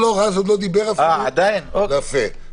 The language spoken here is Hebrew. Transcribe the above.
בבקשה.